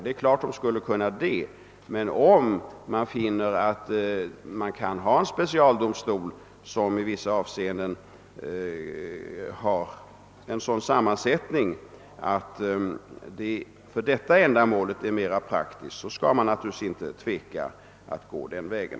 Det är klart att de skulle kunna det. Men om man finner att man kan ha en specialdomstol med en sammansättning som för detta ändamål är mera praktisk skall man naturligtvis inte tveka att gå den vägen.